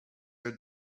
your